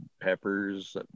peppers